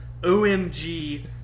OMG